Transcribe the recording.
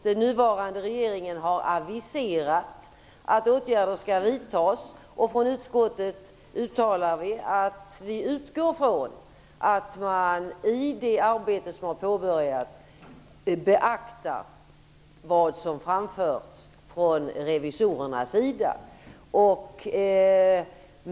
Den nuvarande regeringen har aviserat att åtgärder skall vidtas, och från utskottet uttalar vi att vi utgår från att man i det arbete som har påbörjats beaktar vad som framförts från revisorernas sida.